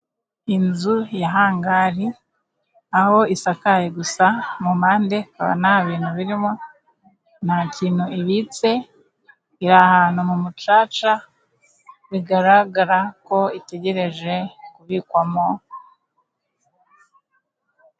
Inzu ya Hangari ,aho isakaye gusa. Mu mpande ikaba nta bintu birimo. Nta kintu ibitse, iri ahantu mu mucaca. Bigaragara ko itegereje kubikwamo.